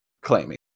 claiming